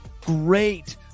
Great